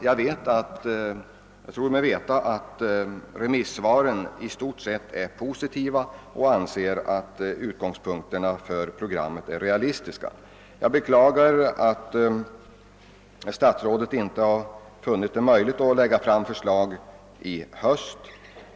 Jag tror mig veta att remisssvaren i stort sett är positiva och att remissinstanserna anser att utgångspunkterna för programmet är realistiska. Jag beklagar att statsrådet inte har funnit det möjligt att lägga fram förslag i höst.